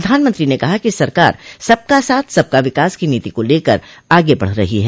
प्रधानमंत्री ने कहा कि सरकार सबका साथ सबका विकास की नीति को लेकर आगे बढ़ रही है